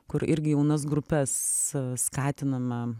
kur irgi jaunas grupes skatiname